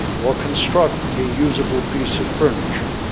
or construct a usable piece of furniture,